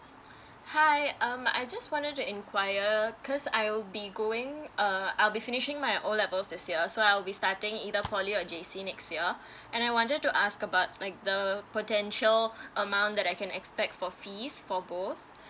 hi um I just wanted to inquire cause I'll be going uh I'll be finishing my O levels this year so I'll be starting either poly or J_C next year and I wanted to ask about like the potential amount that I can expect for fees for both